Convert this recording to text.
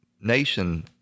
nation